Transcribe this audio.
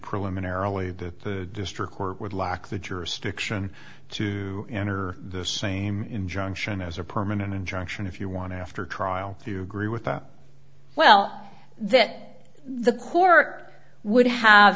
preliminarily that the district court would lack the jurisdiction to enter the same injunction as a permanent injunction if you want to after a trial you agree with that well that the court would have